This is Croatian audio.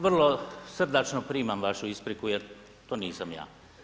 Vrlo srdačno primam vašu ispriku jer to nisam ja.